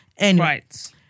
right